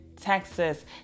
texas